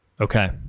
Okay